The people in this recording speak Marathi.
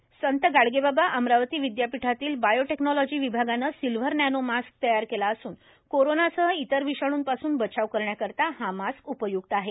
हिंदुस्थान समाचार संत गाडगे बाबा अमरावती विद्यापीठातील बॉयोटेक्नॉलॉजी विभागान सिलव्हर नॅनो मास्क तयार केला असून कोरोनासह इतर विषाणुंपासून बचाव करण्याकरिता हा मास्क उपय्क्त आहे